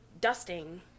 dusting